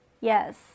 Yes